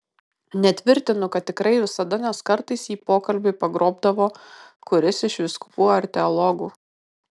netvirtinu kad tikrai visada nes kartais jį pokalbiui pagrobdavo kuris iš vyskupų ar teologų